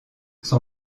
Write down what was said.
son